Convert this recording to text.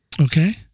Okay